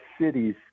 cities